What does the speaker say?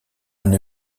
une